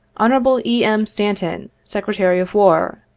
hon. e. m. stanton, secretary of war,